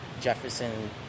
Jefferson